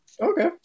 Okay